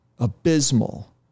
abysmal